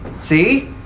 See